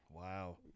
wow